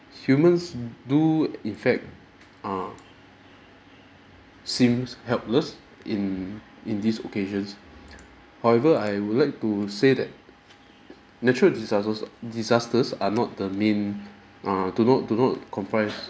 humans do in fact err seems helpless in in these occasions however I would like to say that natural disasters are disasters are not the main err to note do not comprise